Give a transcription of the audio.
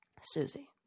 Susie